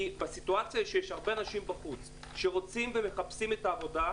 כי בסיטואציה שבה יש הרבה אנשים בחוץ שרוצים ומחפשים עבודה,